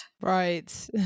right